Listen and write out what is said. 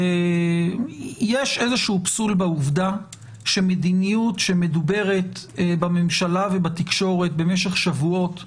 איזשהו פסול בעובדה שמדיניות שמדוברת בממשלה ובתקשורת במשך שבועות,